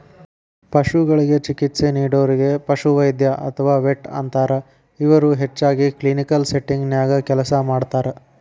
ಪಶುಗಳಿಗೆ ಚಿಕಿತ್ಸೆ ನೇಡೋರಿಗೆ ಪಶುವೈದ್ಯ ಅತ್ವಾ ವೆಟ್ ಅಂತಾರ, ಇವರು ಹೆಚ್ಚಾಗಿ ಕ್ಲಿನಿಕಲ್ ಸೆಟ್ಟಿಂಗ್ ನ್ಯಾಗ ಕೆಲಸ ಮಾಡ್ತಾರ